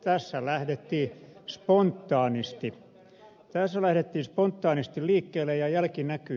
tässä lähdettiin spontaanisti liikkeelle ja jälki näkyy